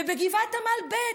ובגבעת עמל ב'